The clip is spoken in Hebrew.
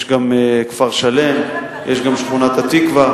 יש גם כפר-שלם, יש גם שכונת התקווה.